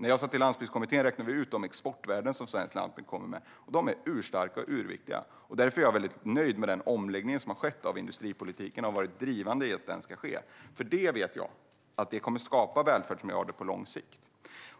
När jag satt i Landsbygdskommittén räknade vi ut vilka exportvärden svensk landsbygd kommer med, och de är urstarka och urviktiga. Därför är jag väldigt nöjd med den omläggning av industripolitiken som har skett, och jag har varit drivande i att den ska ske. Jag vet nämligen att det kommer att skapa välfärdsmiljarder på lång sikt.